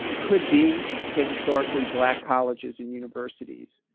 could be to historically black colleges and universities.